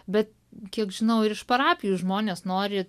bet kiek žinau ir iš parapijų žmonės nori